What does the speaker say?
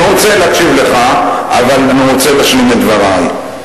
אני רוצה להקשיב לך, אבל אני רוצה להשלים את דברי.